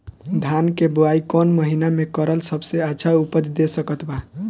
धान के बुआई कौन महीना मे करल सबसे अच्छा उपज दे सकत बा?